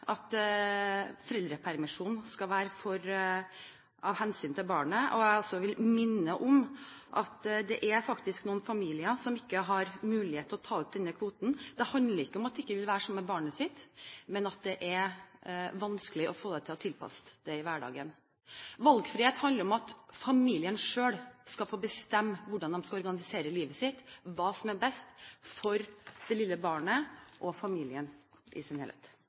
at foreldrepermisjonen skal være av hensyn til barnet. Jeg vil også minne om at det faktisk er noen familier som ikke har mulighet til å ta ut denne kvoten. Det handler ikke om at de ikke vil være sammen med barnet sitt, men om at det er vanskelig å få tilpasset det i hverdagen. Valgfrihet handler om at familien selv skal få bestemme hvordan de skal organisere livet sitt, hva som er best for det lille barnet, og for familien i sin helhet.